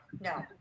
no